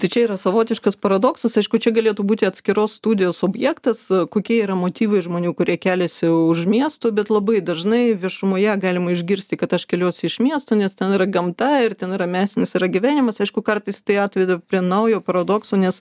tai čia yra savotiškas paradoksas aišku čia galėtų būti atskiros studijos objektas kokie yra motyvai žmonių kurie keliasi už miestų bet labai dažnai viešumoje galima išgirsti kad aš keliuosi iš miesto nes ten yra gamta ir ten ramesnis yra gyvenimas aišku kartais tai atveda prie naujo paradokso nes